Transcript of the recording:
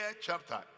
chapter